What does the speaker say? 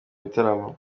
bitaramo